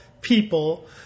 people